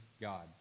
God